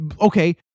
Okay